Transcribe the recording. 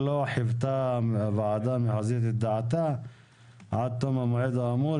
"לא חיוותה הוועדה המחוזית את דעתה עד תום המועד האמור,